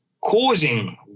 causing